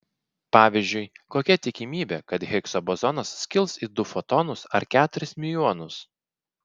pavyzdžiui kokia tikimybė kad higso bozonas skils į du fotonus ar keturis miuonus